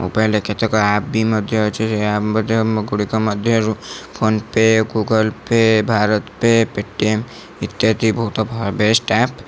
ମୋବାଇଲରେ କେତେକ ଆପ ବି ମଧ୍ୟ ଅଛି ସେ ଆପ ମଧ୍ୟ ଗୁଡ଼ିକ ମଧ୍ୟରୁ PhonePe Google Pay BharatPe Paytm ଇତ୍ୟାଦି ବହୁତ ଭ ବେଷ୍ଟ୍ ଆପ